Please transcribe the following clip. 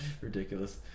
ridiculous